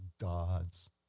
God's